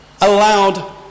allowed